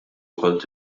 kont